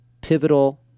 pivotal